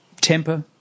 temper